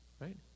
Right